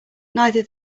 neither